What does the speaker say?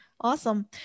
Awesome